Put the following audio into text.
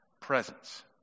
presence